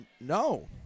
no